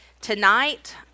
Tonight